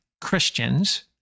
Christians